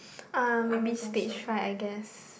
I don't think so